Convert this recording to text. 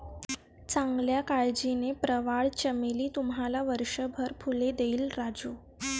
चांगल्या काळजीने, प्रवाळ चमेली तुम्हाला वर्षभर फुले देईल राजू